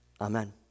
Amen